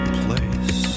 place